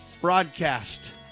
broadcast